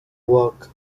work